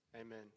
Amen